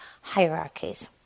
hierarchies